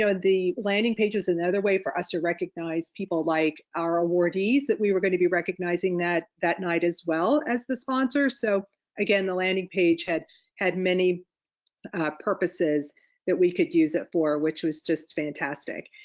so the landing page is another way for us to recognize people like our awardees that we were gonna be recognizing that that night as well as the sponsor. so again, the landing page had had many purposes that we could use it for which was just fantastic.